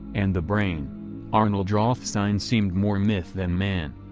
and the brain arnold rothstein seemed more myth than man.